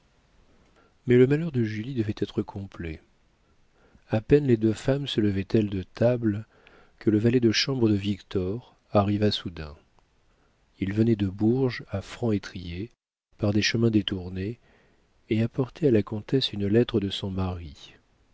mais le malheur de julie devait être complet a peine les deux femmes se levaient elles de table que le valet de chambre de victor arriva soudain il venait de bourges à franc étrier par des chemins détournés et apportait à la comtesse une lettre de son mari